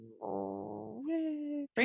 Bring